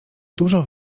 dużo